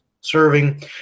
serving